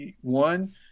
one